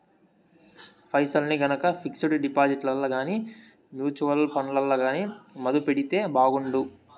పైసల్ని గనక పిక్సుడు డిపాజిట్లల్ల గానీ, మూచువల్లు ఫండ్లల్ల గానీ మదుపెడితే బాగుండు